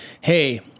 hey